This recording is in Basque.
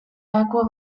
aequo